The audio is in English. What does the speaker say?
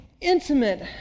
intimate